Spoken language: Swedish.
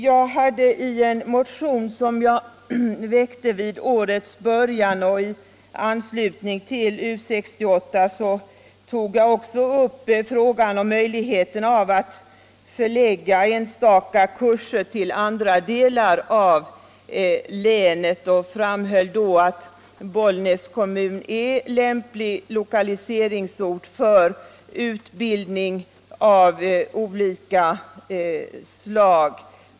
Jag väckte en motion vid årets början, och i anslutning till U 68 tog jag då upp frågan om möjligheten att förlägga enstaka kurser till andra delar av länet än de aktuella högskoleorterna. Jag framhöll då att Bollnäs kommun är lämplig lokaliseringsort för utbildning av olika slag.